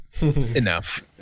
enough